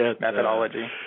methodology